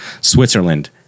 Switzerland